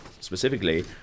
specifically